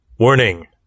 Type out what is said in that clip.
Warning